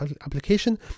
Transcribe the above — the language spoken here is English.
application